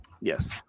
Yes